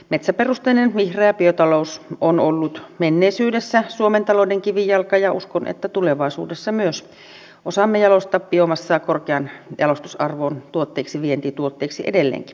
metsäperusteinen vihreä biotalous on ollut menneisyydessä suomen talouden kivijalka ja uskon että tulevaisuudessa myös osaamme jalostaa biomassaa korkean jalostusarvon tuotteeksi vientituotteeksi edelleenkin